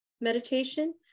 meditation